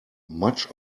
much